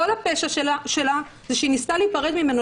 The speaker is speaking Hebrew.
כל הפשע שלה היה שהיא ניסתה להיפרד ממנו